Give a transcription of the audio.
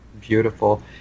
beautiful